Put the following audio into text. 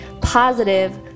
positive